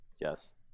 Yes